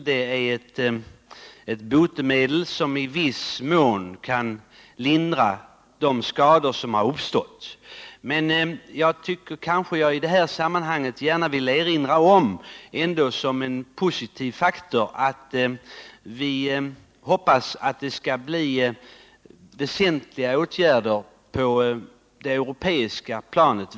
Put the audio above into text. Det är ett botemedel som i viss mån kan lindra de skador som har Men jag vill i detta sammanhang ändå gärna som en positiv faktor erinra om att vi hoppas att väsentliga åtgärder skall vidtas på det europeiska planet.